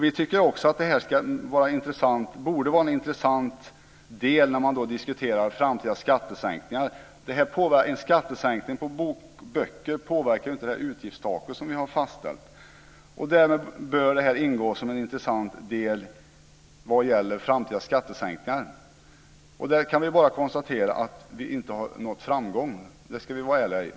Vi tycker också att detta borde vara en intressant del när man diskuterar framtida skattesänkningar. En skattesänkning på böcker påverkar ju inte det utgiftstak som vi har fastställt, och därmed bör detta ingå som en intressant del när det gäller framtida skattesänkningar. Jag kan bara konstatera att vi inte har nått framgång. Det ska jag ärligt säga.